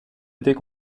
était